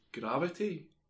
gravity